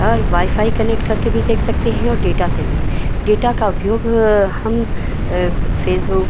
और wifi connect करके भी देख सकते हैं और डेटा से भी डेटा का उपयोग हम फ़ेसबुक